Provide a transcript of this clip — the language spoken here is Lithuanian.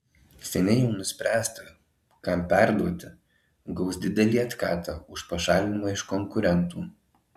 seniai jau nuspręsta kam perduoti gaus didelį atkatą už pašalinimą iš konkurentų